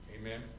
Amen